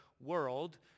world